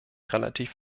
relativ